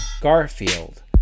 Garfield